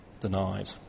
denied